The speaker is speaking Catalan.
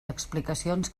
explicacions